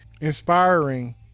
inspiring